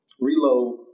Reload